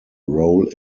role